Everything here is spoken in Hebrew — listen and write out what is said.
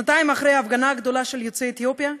שנתיים אחרי ההפגנה הגדולה של יוצאי אתיופיה,